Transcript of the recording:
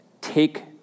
Take